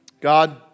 God